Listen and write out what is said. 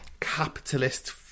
capitalist